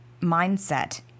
mindset